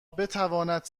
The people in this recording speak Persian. بتواند